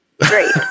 Great